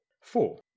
Four